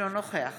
אינו נוכח